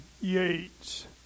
Yates